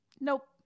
Nope